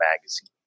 magazine